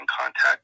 contact